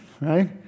right